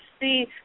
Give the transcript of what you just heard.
see